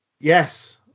yes